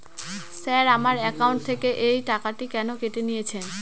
Sir আমার account থেকে এই টাকাটি কেন কেটে নিয়েছেন?